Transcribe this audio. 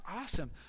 awesome